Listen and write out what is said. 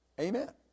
Amen